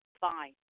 fine